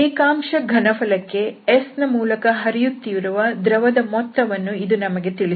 ಏಕಾಂಶ ಘನಫಲಕ್ಕೆ S ನ ಮೂಲಕ ಹರಿಯುತ್ತಿರುವ ದ್ರವದ ಮೊತ್ತವನ್ನು ಇದು ನಮಗೆ ತಿಳಿಸುತ್ತದೆ